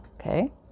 Okay